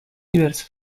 diversos